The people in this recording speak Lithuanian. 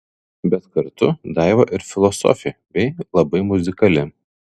bet kartu daiva ir filosofė bei labai muzikali